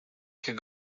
could